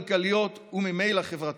כלכליות וממילא חברתיות.